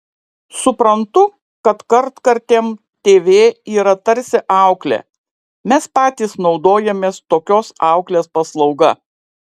suprantu kad kartkartėm tv yra tarsi auklė mes patys naudojamės tokios auklės paslauga